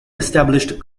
established